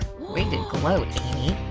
way to gloat, amy.